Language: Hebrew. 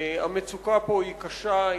המצוקה היא קשה,